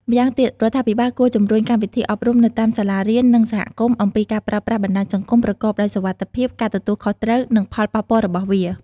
ម្យ៉ាងទៀតរដ្ឋាភិបាលគួរជំរុញកម្មវិធីអប់រំនៅតាមសាលារៀននិងសហគមន៍អំពីការប្រើប្រាស់បណ្តាញសង្គមប្រកបដោយសុវត្ថិភាព ការទទួលខុសត្រូវ និងផលប៉ះពាល់របស់វា។